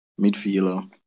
midfielder